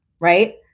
Right